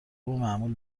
معمول